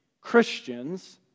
Christians